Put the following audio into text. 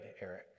Eric